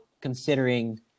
considering